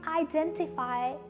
identify